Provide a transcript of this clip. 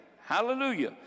Hallelujah